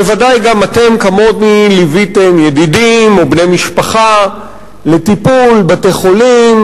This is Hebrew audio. בוודאי גם אתם כמוני ליוויתם ידידים ובני משפחה לטיפול בבתי-חולים